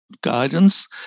guidance